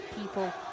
people